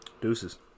Deuces